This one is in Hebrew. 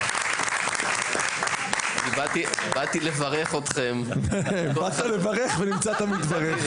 באתי לברך אתכם ויצאתי מבורך.